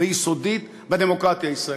ויסודית בדמוקרטיה הישראלית.